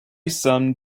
some